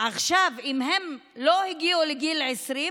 אם הם לא הגיעו לגיל 20,